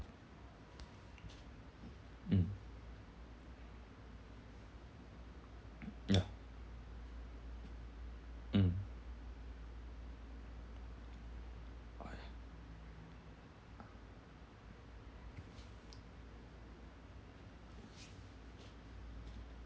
mm yeah mm